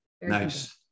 Nice